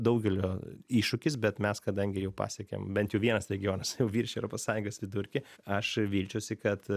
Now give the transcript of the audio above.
daugelio iššūkis bet mes kadangi jau pasiekėm bent jau vienas regionas jau viršijo europos sąjungos vidurkį aš vilčiausi kad